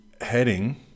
heading